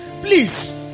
Please